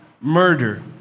murder